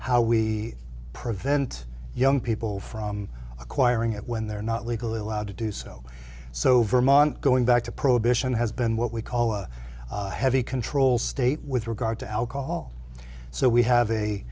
how we prevent young people from acquiring it when they're not legally allowed to do so so vermont going back to prohibition has been what we call a heavy control state with regard to alcohol so we have a